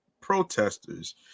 protesters